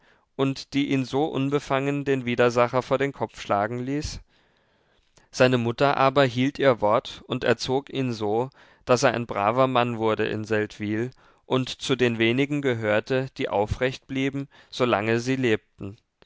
und die ihn so unbefangen den widersacher vor den kopf schlagen ließ seine mutter aber hielt ihr wort und erzog ihn so daß er ein braver mann wurde in seldwyl und zu den wenigen gehörte die aufrecht blieben solange sie lebten